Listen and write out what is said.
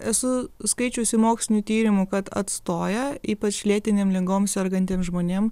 esu skaičiusi mokslinių tyrimų kad atstoja ypač lėtinėm ligom sergantiem žmonėm